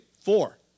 Four